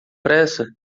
pressa